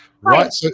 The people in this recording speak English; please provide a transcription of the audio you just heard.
Right